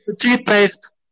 toothpaste